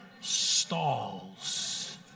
stalls